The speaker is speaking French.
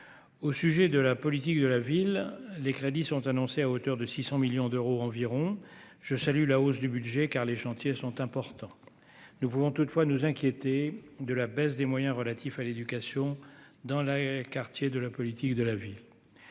au sujet de la politique de la ville, les crédits sont annoncés à hauteur de 600 millions d'euros environ, je salue la hausse du budget car les chantiers sont importants, nous pouvons toutefois nous inquiéter de la baisse des moyens relatifs à l'éducation, dans les quartiers de la politique de la ville,